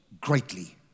greatly